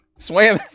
Swam